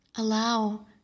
allow